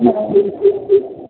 हँ